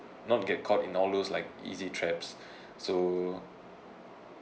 not get caught in all those like easy traps so